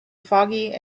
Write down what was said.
foggy